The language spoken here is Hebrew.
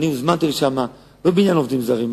ואני הוזמנתי לשם לא בעניין עובדים זרים,